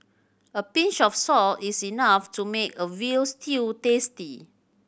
a pinch of salt is enough to make a veal stew tasty